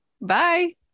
Bye